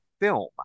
film